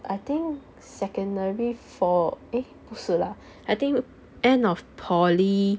I think secondary four eh 不是 lah I think end of poly